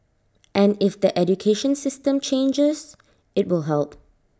and if the education system changes IT will help